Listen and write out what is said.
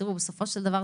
בסופו של דבר,